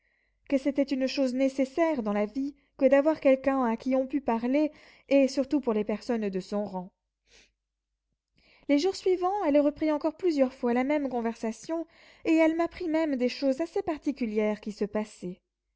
que c'était une chose nécessaire dans la vie que d'avoir quelqu'un à qui on pût parler et surtout pour les personnes de son rang les jours suivants elle reprit encore plusieurs fois la même conversation elle m'apprit même des choses assez particulières qui se passaient